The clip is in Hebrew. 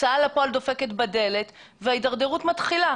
הוצאה לפועל דופקת בדלת וההידרדרות מתחילה.